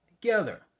together